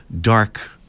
dark